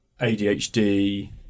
ADHD